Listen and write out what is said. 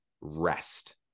rest